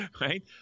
right